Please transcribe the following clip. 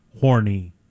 horny